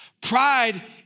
pride